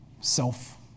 Self